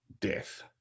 death